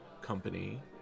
company